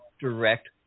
direct